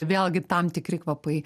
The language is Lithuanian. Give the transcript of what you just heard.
vėlgi tam tikri kvapai